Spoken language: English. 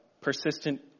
persistent